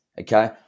okay